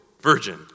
virgin